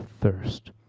thirst